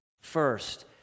First